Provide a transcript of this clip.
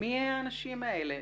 מי האנשים האלה?